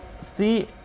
see